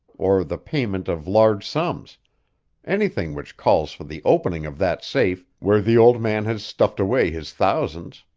or the payment of large sums anything which calls for the opening of that safe where the old man has stuffed away his thousands.